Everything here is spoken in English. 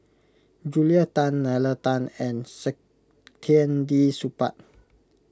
Julia Tan Nalla Tan and Saktiandi Supaat